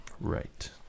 Right